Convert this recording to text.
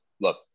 look